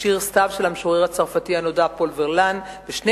"שיר סתיו" של המשורר הצרפתי הנודע פול ורלן ושני